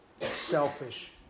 selfish